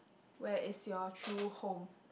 where is your true home